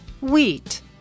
Wheat